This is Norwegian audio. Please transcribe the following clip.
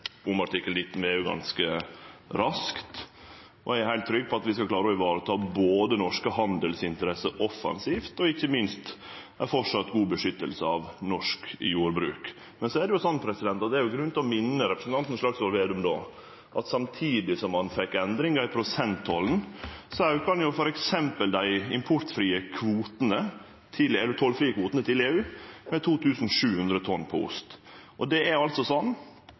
EU ganske raskt, og eg er heilt trygg på at vi skal klare å vareta både norske handelsinteresser offensivt og ikkje minst framleis ha god beskyttelse av norsk jordbruk. Men så er det grunn til å minne representanten Slagsvold Vedum på at samtidig som ein fekk endringar i prosenttollen, auka ein t.d. dei tollfrie kvotane til EU med 2 700 tonn på ost. Og det er altså sånn